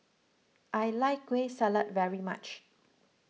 I like Kueh Salat very much